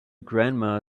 grandma